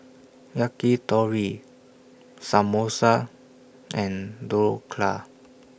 Yakitori Samosa and Dhokla